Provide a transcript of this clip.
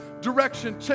direction